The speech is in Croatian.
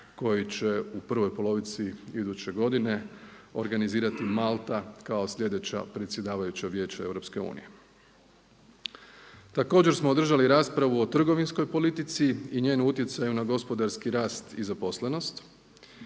koji će u prvoj polovici iduće godine organizirati Malta kao sljedeća predsjedavajuća Vijeća EU. Također smo održali raspravu o trgovinskoj politici i njenom utjecaju na gospodarski rast i zaposlenost.